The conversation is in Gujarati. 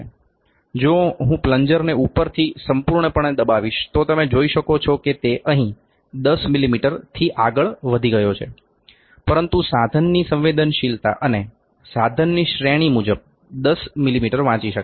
જો હું પ્લન્જરને ઉપરથી સંપૂર્ણપણે દબાવીશ તો તમે જોઈ શકો છો કે તે અહીં 10 મીમીથી વધારે ગયો છે પરંતુ સાધનની સંવેદનશીલતા અથવા સાધનની શ્રેણી મુજબ 10 મીમી વાંચી શકાય છે